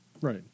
Right